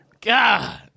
God